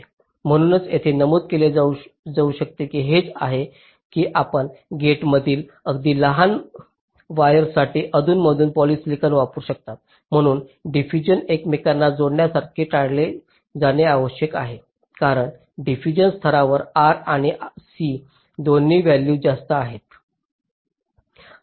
म्हणूनच येथे नमूद केले जाऊ शकते हेच आहे की आपण गेट्समधील अगदी लहान वायर्ससाठी अधूनमधून पॉलिसिलॉन वापरू शकता परंतु डिफ्यूजन एकमेकांना जोडण्यासारखे टाळले जाणे आवश्यक आहे कारण डिफ्यूजन स्तरासाठी R आणि C दोन्ही व्हॅल्युज जास्त आहेत